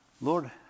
Lord